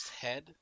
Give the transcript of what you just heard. head